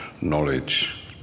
knowledge